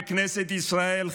בכנסת ישראל,